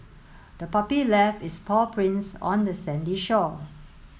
the puppy left its paw prints on the sandy shore